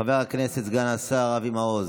חבר הכנסת סגן השר אבי מעוז,